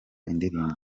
indirimbo